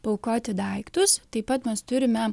paaukoti daiktus taip pat mes turime